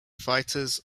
fighters